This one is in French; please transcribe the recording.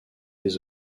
dès